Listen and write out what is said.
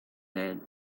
that